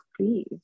please